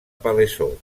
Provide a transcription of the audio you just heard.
palaiseau